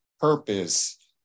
purpose